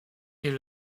est